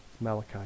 Malachi